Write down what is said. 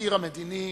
המזכיר המדיני